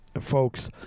Folks